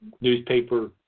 newspaper